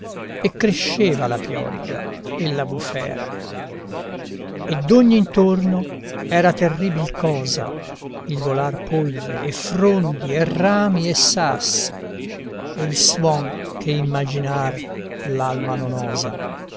e cresceva la pioggia e la bufera e d'ogn'intorno era terribil cosa il volar polve e frondi e rami e sassi e il suon che immaginar l'alma non osa